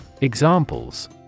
Examples